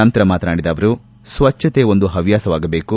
ನಂತರ ಮಾತನಾಡಿದ ಅವರು ಸ್ವಚ್ಛತೆ ಒಂದು ಪವ್ಯಾಸವಾಗಬೇಕು